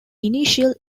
initial